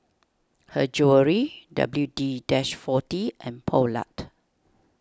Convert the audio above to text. Her Jewellery W D Dis forty and Poulet